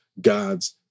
God's